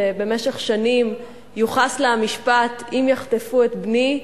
שבמשך שנים יוחס לה המשפט: אם יחטפו את בני,